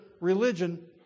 religion